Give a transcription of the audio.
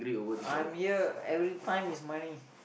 I'm here every time is money